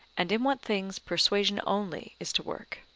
and in what things persuasion only is to work.